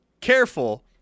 careful